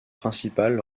principal